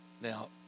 now